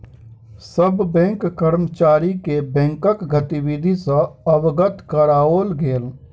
सभ बैंक कर्मचारी के बैंकक गतिविधि सॅ अवगत कराओल गेल